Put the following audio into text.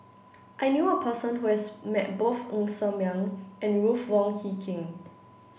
I knew a person who has met both Ng Ser Miang and Ruth Wong Hie King